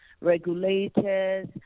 regulators